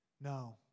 No